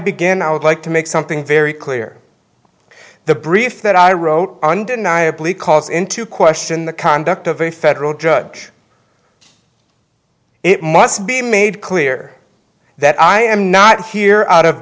begin i would like to make something very clear in the brief that i wrote undeniably calls into question the conduct of a federal judge it must be made clear that i am not here out of